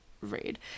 read